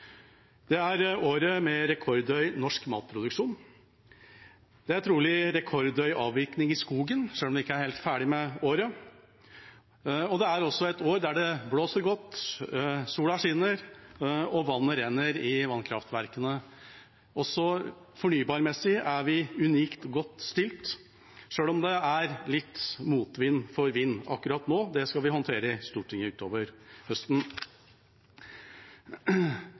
Det er året med rekordhøy norsk matproduksjon. Det er trolig rekordhøy avvirkning i skogen, selv om vi ikke er helt ferdig med året. Det er også et år da det blåser godt, sola skinner og vannet renner i vannkraftverkene. Også fornybarmessig er vi unikt godt stilt, selv om det er litt motvind for vind akkurat nå. Det skal vi håndtere i Stortinget utover høsten.